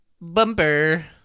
bumper